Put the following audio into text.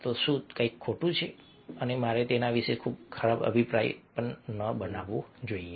તો શું કંઇક ખોટું છે અને મારે તેના વિશે બહુ ખરાબ અભિપ્રાય ન બનાવવો જોઈએ